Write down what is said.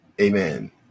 Amen